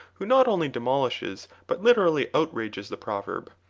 who not only demolishes but literally outrages the proverb.